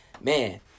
man